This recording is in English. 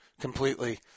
completely –